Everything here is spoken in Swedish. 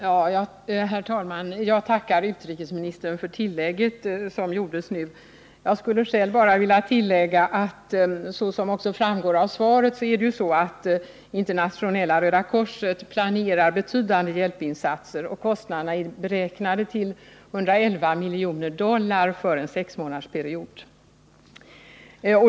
Herr talman! Jag tackar utrikesministern för tillägget som gjordes nu. Jag skulle själv bara vilja tillägga att — såsom också framgår av svaret — Internationella röda korset planerar betydande hjälpinsatser och att kostnaderna för dessa är beräknade till 111 miljoner dollar för en sexmånadersperiod.